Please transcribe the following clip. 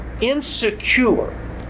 insecure